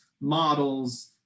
models